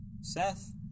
Seth